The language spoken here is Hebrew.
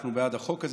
אנחנו בעד החוק הזה.